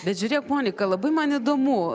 bet žiūrėk monika labai man įdomu